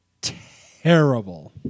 terrible